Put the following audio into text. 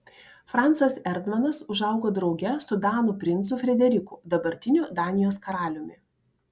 francas erdmanas užaugo drauge su danų princu frederiku dabartiniu danijos karaliumi